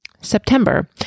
September